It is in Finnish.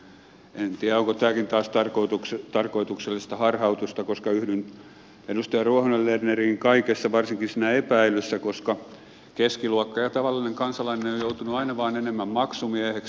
en tiedä onko tämäkin taas tarkoituksellista harhautusta koska yhdyn edustaja ruohonen lerneriin kaikessa varsinkin siinä epäilyssä koska keskiluokka ja tavallinen kansalainen ovat joutuneet aina vaan enemmän maksumieheksi